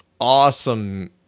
awesome